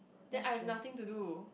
then I have nothing to do